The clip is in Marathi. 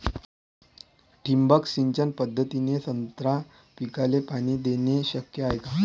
ठिबक सिंचन पद्धतीने संत्रा पिकाले पाणी देणे शक्य हाये का?